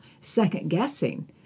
second-guessing